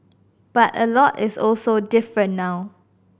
but a lot is also different now